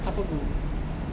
couple goals